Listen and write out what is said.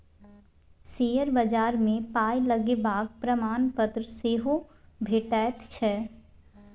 share बजार मे पाय लगेबाक प्रमाणपत्र सेहो भेटैत छै